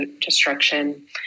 destruction